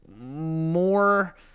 more